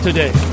Today